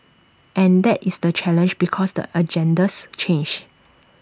and that is the challenge because the agendas change